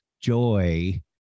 joy